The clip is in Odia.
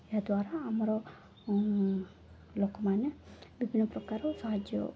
ଏହାଦ୍ୱାରା ଆମର ଲୋକମାନେ ବିଭିନ୍ନ ପ୍ରକାର ସାହାଯ୍ୟ